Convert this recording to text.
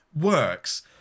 works